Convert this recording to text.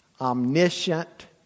omniscient